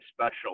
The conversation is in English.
special